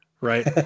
Right